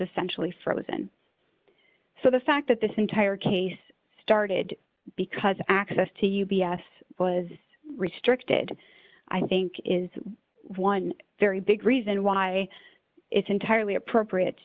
essentially frozen so the fact that this entire case started because access to u b s was restricted i think is one very big reason why it's entirely appropriate